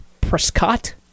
Prescott